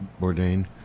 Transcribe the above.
Bourdain